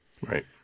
Right